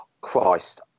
Christ